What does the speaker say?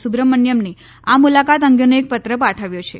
સુબ્રહ્મણ્થમને આ મુલાકાત અંગેનો એક પત્ર પાઠવ્યો છે